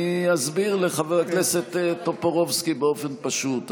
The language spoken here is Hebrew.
אני אסביר לחבר הכנסת טופורובסקי באופן פשוט.